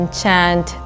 chant